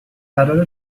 قراره